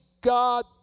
God